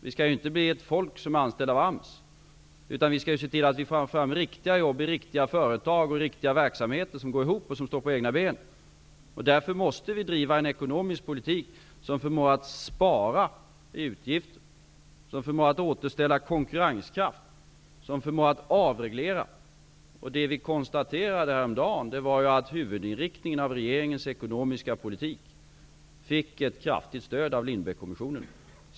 Vi skall ju inte bli ett folk anställda av AMS, utan vi skall se till att vi får fram riktiga jobb i riktiga företag och verksamheter som går ihop och som står på egna ben. Därför måste vi driva en ekonomisk politik som förmår att spara utgifter, som förmår att återställa konkurrenskraft och som förmår att avreglera. Det vi konstaterade häromdagen var att huvudinriktningen av regeringens ekonomiska politik fick ett kraftigt stöd av Lindbeckkommissionen.